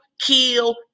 kill